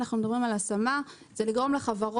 אנחנו מדברים על השמה כדי לגרום לחברות